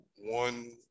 one